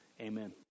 Amen